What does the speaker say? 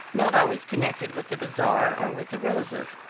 not always connected with the bazaar or with the rosas.